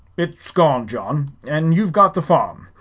it's gone, john and you've got the farm.